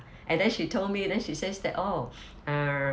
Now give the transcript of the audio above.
and then she told me then she says that oh err